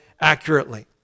accurately